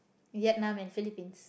Vietnam and Philippines